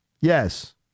yes